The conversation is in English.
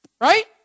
right